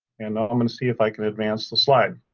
and i'm gonna see if i can advance the slide.